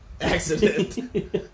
accident